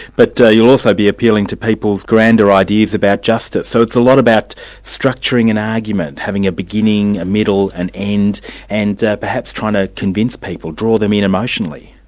but you'll also be appealing to people's grander ideas about justice. so it's a lot about structuring an argument, having a beginning, a middle, an end and perhaps trying to convince people, draw them in emotionally.